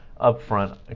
upfront